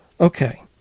Okay